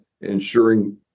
Ensuring